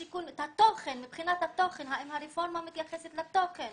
מבחינת התוכן, האם הרפורמה מתייחסת לתוכן?